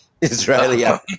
Israelia